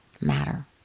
matter